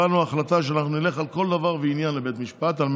היא